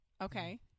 okay